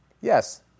Yes